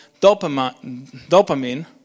dopamine